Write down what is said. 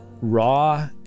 raw